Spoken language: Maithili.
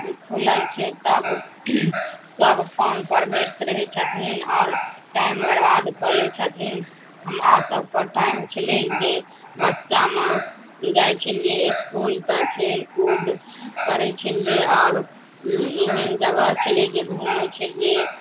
खुलल छै तब सब फोन पर व्यस्त रहै छथिन आओर टाइम बर्बाद कऽ लै छथिन हमरा सबके टाइम छलै जे बच्चामे जाइ छलियै इसकुल तऽ खेल कूद करै छलियै आओर एहन जगह छलै जे घुमै छलियै